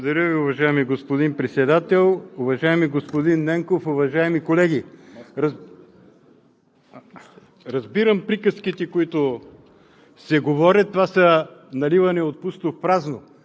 Благодаря Ви, уважаеми господин Председател. Уважаеми господин Ненков, уважаеми колеги! Разбирам приказките, които се говорят – те са наливане от пусто в празно.